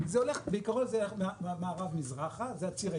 זה הולך, בעיקרון זה מערב מזרחה, זה הציר העיקרי.